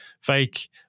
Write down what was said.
fake